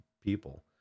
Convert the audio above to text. people